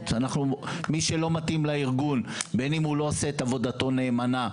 כי אי אפשר להשוות אותם לאף אחד אחר בעבודתו אמיר,